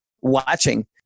watching